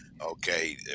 okay